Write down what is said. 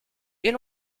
est